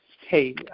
hey